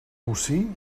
bocí